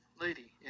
lady